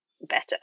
better